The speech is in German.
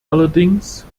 allerdings